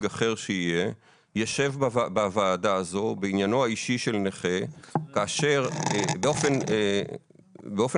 אחר שיהיה ישב בוועדה הזאת בעניינו האישי של נכה כאשר באופן קבוע,